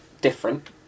Different